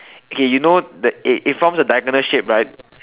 okay you know the it forms a diagonal shape right